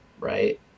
right